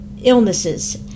illnesses